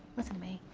listen to me.